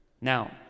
Now